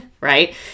right